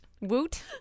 woot